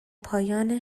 پایان